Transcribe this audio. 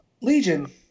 legion